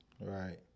Right